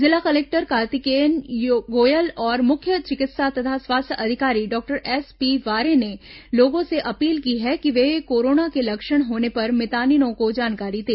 जिला कलेक्टर कार्तिकेय गोयल और मुख्य चिकित्सा तथा स्वास्थ्य अधिकारी डॉक्टर एसपी वारे ने लोगों से अपील की है कि ये कोरोना के लक्षण होने पर मितानिनों को जानकारी दें